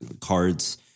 cards